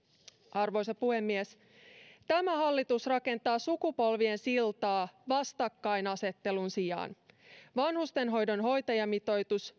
arvoisa puhemies tämä hallitus rakentaa sukupolvien siltaa vastakkainasettelun sijaan vanhustenhoidon hoitajamitoitus